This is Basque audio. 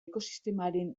ekosistemaren